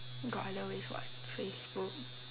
got other ways what facebook